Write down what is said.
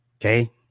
Okay